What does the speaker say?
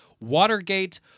Watergate